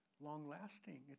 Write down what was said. long-lasting